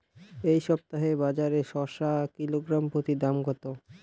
এই সপ্তাহে বাজারে শসার কিলোগ্রাম প্রতি দাম কত?